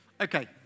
Okay